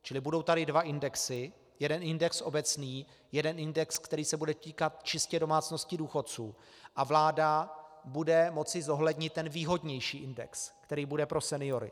Čili budou tady dva indexy, jeden index obecný, jeden index, který se bude týkat čistě domácností důchodců, a vláda bude moci zohlednit ten výhodnější index, který bude pro seniory.